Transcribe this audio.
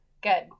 Good